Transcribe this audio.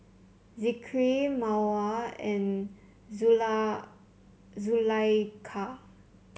Zikri Mawar and Zulaikha